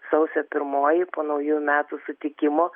sausio pirmoji po naujųjų metų sutikimo